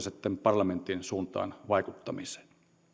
sitten parlamenttien suuntaan vaikuttamiseen